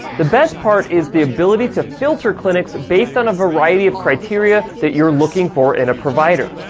the best part is the ability to filter clinics based on a variety of criteria that you're looking for in a provider.